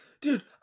dude